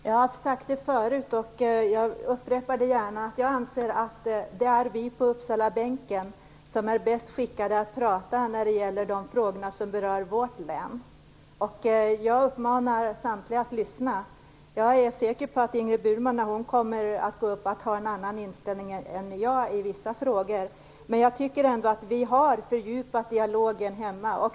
Fru talman! Jag har sagt det förut, och jag upprepar det gärna, att jag anser att det är vi på Uppsalabänken som är bäst skickade att prata när det gäller de frågor som berör vårt län. Jag uppmanar samtliga att lyssna. Jag är säker på att Ingrid Burman, när hon går upp här, kommer att ha en annan inställning än jag har i vissa frågor. Jag tycker att vi har fördjupat dialogen hemma.